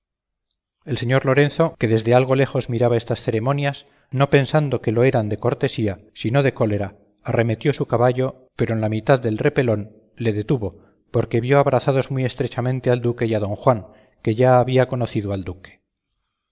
el señor lorenzo que desde algo lejos miraba estas ceremonias no pensando que lo eran de cortesía sino de cólera arremetió su caballo pero en la mitad del repelón le detuvo porque vio abrazados muy estrechamente al duque y a don juan que ya había conocido al duque